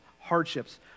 hardships